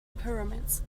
pyramids